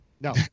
No